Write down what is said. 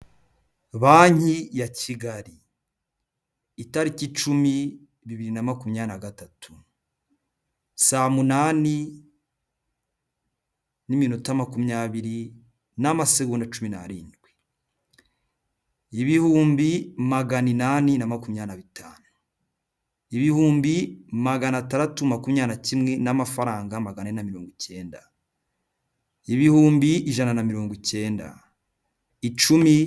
Banki ya kigali itariki cumi bibiri na makumyabiri na gatatu, saa munani n'iminota n'amasegonda cumi n'arindwi, ibihumbi magana inani na makumyabirina bitanu, ibihumbi magana atandatu makumyabiri na kimwe n'amafaranga magana ane na mirongo ikenda, ibihumbi ijana na mirongo ikenda, icumi.